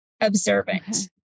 observant